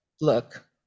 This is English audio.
look